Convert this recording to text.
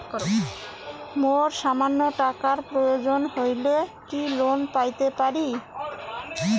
মোর সামান্য টাকার প্রয়োজন হইলে কি লোন পাইতে পারি?